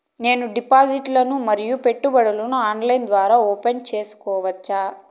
నేను డిపాజిట్లు ను మరియు పెట్టుబడులను ఆన్లైన్ ద్వారా ఓపెన్ సేసుకోవచ్చా?